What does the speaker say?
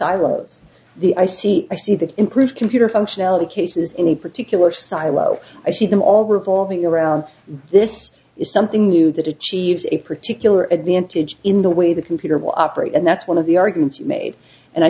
silos the i see i see that improve computer functionality cases in a particular silo i see them all revolving around this is something new that itchy has a particular advantage in the way the computer will operate and that's one of the arguments made and i